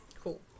Cool